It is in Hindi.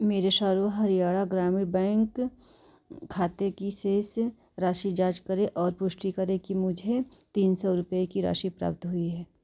मेरे सर्व हरियाणा ग्रामीण बैंक खाते की शेष राशि की जाँच करें और पुष्टि करें कि मुझे तीन सौ रुपये की राशि प्राप्त हुई है